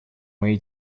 моей